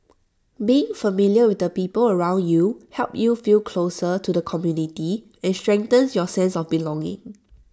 being familiar with the people around you helps you feel closer to the community and strengthens your sense of belonging